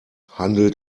handelt